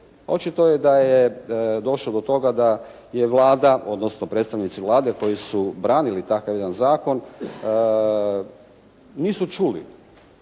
očito je da je došlo do toga da je Vlada, odnosno predstavnici Vlade koji su branili takav jedan zakon nisu čuli.